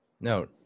No